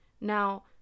Now